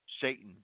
Satan